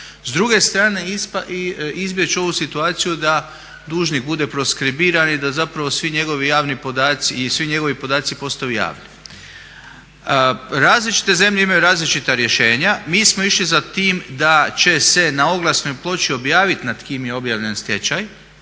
S druge strane izbjeći ovu situaciju da dužnik bude proskribiran i da zapravo svi njegovi podaci postaju javni. Različite zemlje imaju različita rješenja, mi smo išli za tim da će se na oglasnoj ploči objaviti nad kim je objavljen stečaj,